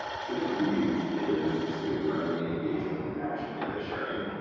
civicleads is civic learning, engagement and action data sharing.